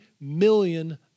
million